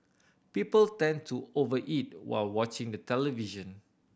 people tend to over eat while watching the television